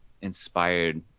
inspired